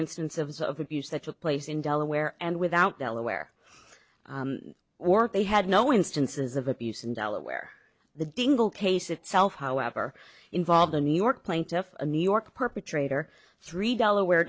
instances of abuse that took place in delaware and without delaware or they had no instances of abuse in delaware the dingell case itself however involved the new york plaintiff a new york perpetrator three delaware